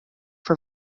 for